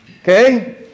Okay